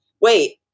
wait